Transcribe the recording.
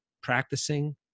practicing